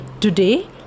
Today